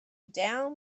down